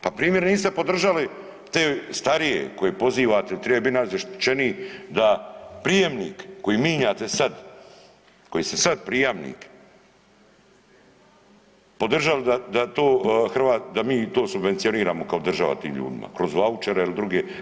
Pa primjer, niste podržali te starije koje pozivati trebao bi biti naš zaštićenik da prijemnik koji mijenjate sada koji se sada prijamnik podržali da to … [[ne razumije se]] da mi to subvencioniramo kao država tim ljudima kroz vaučere ili druge.